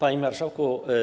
Panie Marszałku!